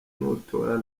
nutora